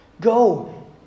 go